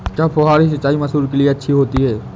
क्या फुहारी सिंचाई मसूर के लिए अच्छी होती है?